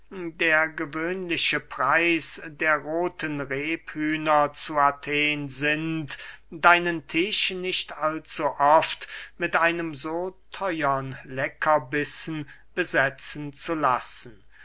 der gewöhnliche preis der rothen rephühner zu athen sind deinen tisch nicht allzu oft mit einem so theuern leckerbissen besetzen zu lassen